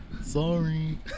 Sorry